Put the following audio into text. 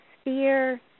sphere